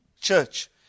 church